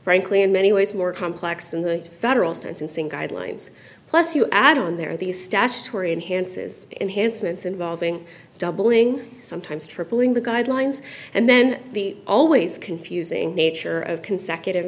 frankly in many ways more complex than the federal sentencing guidelines plus you add on there are these statutory enhances enhancements involving doubling sometimes tripling the guidelines and then the always confusing nature of consecutive